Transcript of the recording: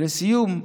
לסיום,